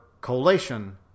collation